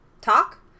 talk